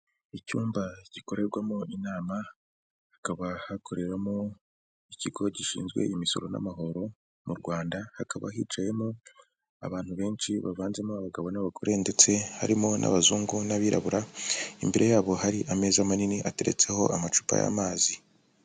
Icyumba gikorerwamo inama, hakaba hakoreramo ikigo gishinzwe Imisoro n'amahoro mu Rwanda, hakaba hicayemo abantu benshi bavanzemo abagabo n'abagore ndetse harimo n'abazungu n'abirabura, imbere yabo hari ameza manini ateretseho amacupa y'amazi.